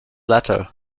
letter